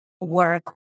work